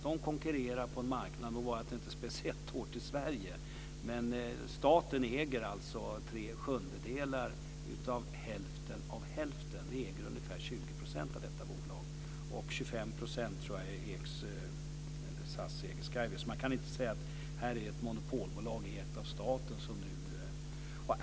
SAS konkurrerar på en marknad, låt vara att det inte är speciellt hårt i Sverige. Staten äger tre sjundedelar av hälften av hälften. Vi äger ungefär 20 % av detta bolag, och 25 % av Skyways, tror jag, ägs av SAS. Man kan inte säga att det är ett monopolbolag ägt av staten.